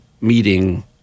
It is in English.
meeting